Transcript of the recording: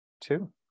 two